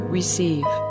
receive